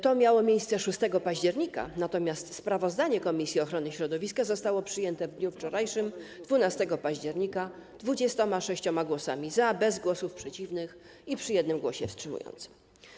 To miało miejsce 6 października, natomiast sprawozdanie komisji ochrony środowiska zostało przyjęte w dniu wczorajszym - 12 października - 26 głosami za, bez głosów przeciwnych i przy jednym głosie wstrzymującym.